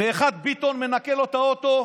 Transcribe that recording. ואחד בשם ביטון מנקה לו את האוטו,